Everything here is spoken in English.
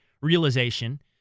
realization